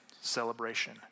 celebration